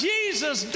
Jesus